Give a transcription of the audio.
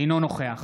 אינו נוכח